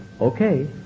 okay